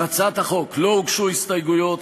להצעת החוק לא הוגשו הסתייגויות,